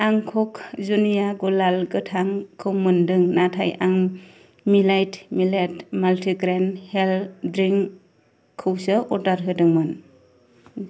आं क'क जुनिया गुलाल गोथांखौ मोनदों नाथाय आं millet millet multigrain health drink खौसो अर्डार होदोंमोन